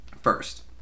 first